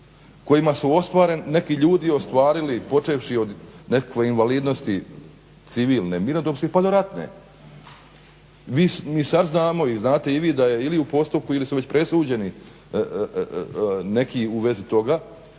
kojima su neki ljudi ostvarili počevši od nekakve invalidnosti civilne, mirnodopske pa do ratne. Mi sad znamo i znate i vi da je ili u postupku ili su već presuđeni neki u vezi toga